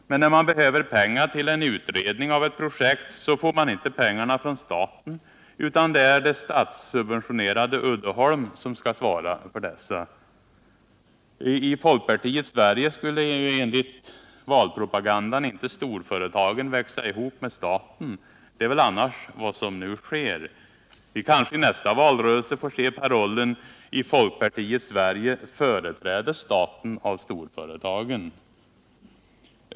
Men när man behöver pengar till utredning av ett projekt får man inte pengarna av staten, utan det är det statssubventionerade Uddeholm som skall svara för dessa. I folkpartiets Sverige skulle enligt valpropagandan storföretagen inte växa ihop med staten. Men det är väl vad som nu sker. Vi kanske i nästa valrörelse får se parollen: I folkpartiets Sverige företräds staten av storföretagen.